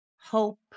hope